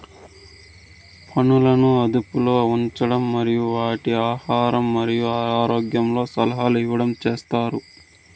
పసువులను అదుపులో ఉంచడం మరియు వాటి ఆహారం మరియు ఆరోగ్యంలో సలహాలు ఇవ్వడం చేత్తారు